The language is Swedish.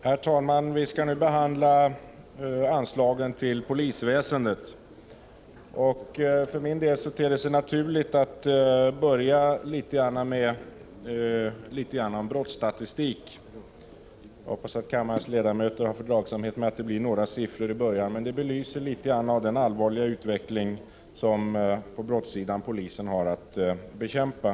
Herr talman! Vi skall nu behandla anslag till polisväsendet. För min del ter det sig naturligt att börja med litet brottsstatistik. Jag hoppas kammarens ledamöter har fördragsamhet med att det blir några siffror i början. De belyser litet av den allvarliga utveckling på brottssidan som polisen har att bekämpa.